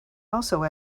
also